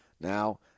Now